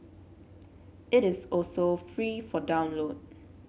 it is also free for download